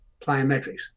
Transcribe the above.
plyometrics